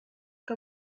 que